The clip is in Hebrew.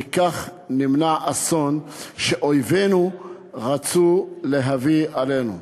בכך נמנע אסון שאויבינו רצו להביא עלינו.